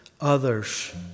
others